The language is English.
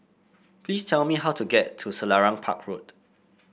please tell me how to get to Selarang Park Road